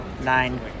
Nine